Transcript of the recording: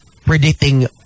predicting